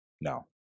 no